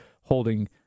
holding